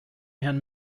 herrn